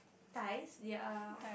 Thais their